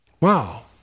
Wow